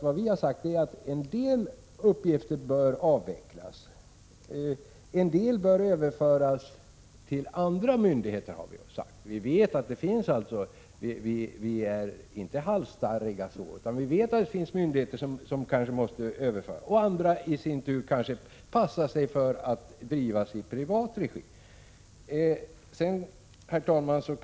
Vad vi har sagt är att en del uppgifter bör avvecklas, medan en del bör överföras till andra myndigheter. Vi är inte halsstarriga, utan vi vet att det finns uppgifter som kanske måste överföras, medan andra i sin tur kanske passar att handhas i privat regi. Herr talman!